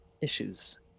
issues